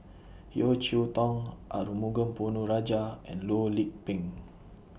Yeo Cheow Tong Arumugam Ponnu Rajah and Loh Lik Peng